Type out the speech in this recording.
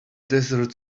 dessert